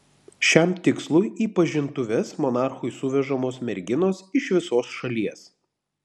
šiam tikslui į pažintuves monarchui suvežamos merginos iš visos šalies